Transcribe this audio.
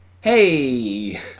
Hey